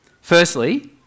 Firstly